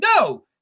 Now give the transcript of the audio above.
no